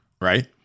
right